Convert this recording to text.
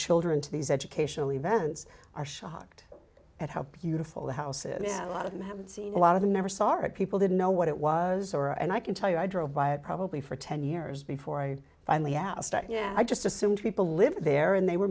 children to these educational events are shocked at how beautiful the house is a lot of them have seen a lot of them never saw it people didn't know what it was or and i can tell you i drove by it probably for ten years before i finally asked yeah i just assumed people lived there and they were